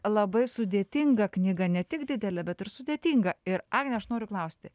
labai sudėtinga knyga ne tik didelė bet ir sudėtinga ir agne aš noriu klausti